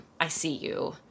I-see-you